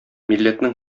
милләтнең